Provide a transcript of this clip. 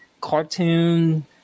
cartoon